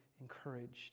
encouraged